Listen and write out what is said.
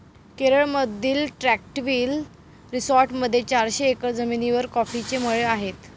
केरळमधील ट्रँक्विल रिसॉर्टमध्ये चारशे एकर जमिनीवर कॉफीचे मळे आहेत